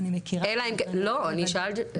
אני מכירה --- אלא אם כן, לא, אני שאלתי אותך.